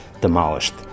demolished